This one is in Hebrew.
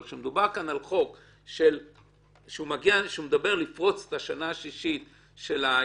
אבל כשמדובר על חוק שמדבר על פריצה של השנה השישית של ההתיישנות,